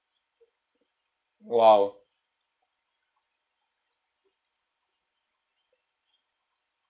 !wow!